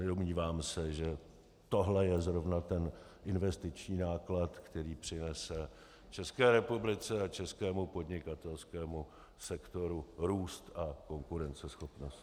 Nedomnívám se, že tohle je zrovna ten investiční náklad, který přinese České republice a českému podnikatelskému sektoru růst a konkurenceschopnost.